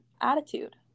attitude